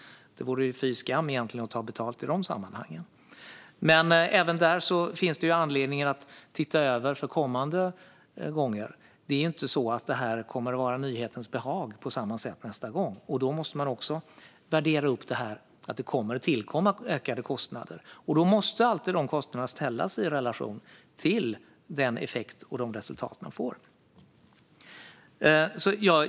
Det vore egentligen fy skam att ta betalt i de sammanhangen. Men även där finns det anledning att titta över detta inför kommande gånger. Det här kommer inte att på samma sätt ha nyhetens behag nästa gång. Då måste man också värdera upp det här. Det kommer att tillkomma ökade kostnader, och de kostnaderna måste alltid ställas i relation till den effekt och de resultat man får.